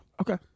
Okay